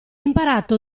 imparato